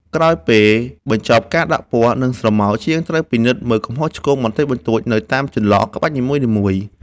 ក្រោយពេលបញ្ចប់ការដាក់ពណ៌ និងស្រមោល ជាងត្រូវពិនិត្យមើលកំហុសឆ្គងបន្តិចបន្តួចនៅតាមចន្លោះក្បាច់នីមួយៗ។